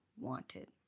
wanted